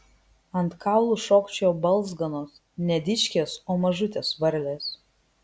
ant kaulų šokčiojo balzganos ne dičkės o mažutės varlės